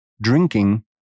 Drinking